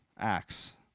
Acts